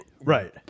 Right